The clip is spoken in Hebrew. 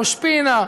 ראש-פינה,